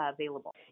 available